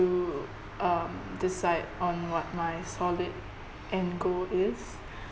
uh decide on what my solid end goal is